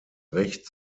recht